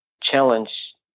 challenge